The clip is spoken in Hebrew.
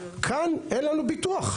כאן אין לנו ביטוח.